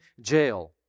jail